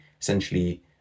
essentially